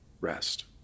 rest